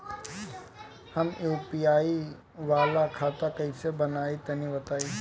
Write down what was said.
हम यू.पी.आई वाला खाता कइसे बनवाई तनि बताई?